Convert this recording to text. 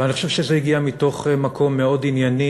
ואני חושב שזה הגיע מתוך מקום מאוד ענייני,